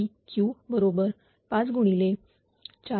Heq 540